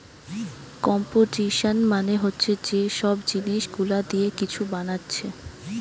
composition মানে হচ্ছে যে সব জিনিস গুলা দিয়ে কিছু বানাচ্ছে